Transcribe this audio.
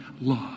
love